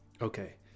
okay